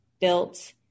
built